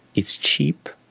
it's cheap,